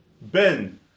ben